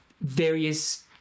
various